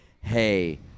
hey